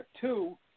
two